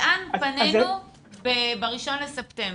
לאן פנינו ב-1 בספטמבר?